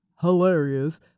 hilarious